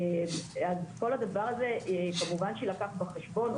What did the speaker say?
כל הדבר הזה כמובן שיילקח בחשבון.